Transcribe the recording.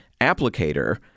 applicator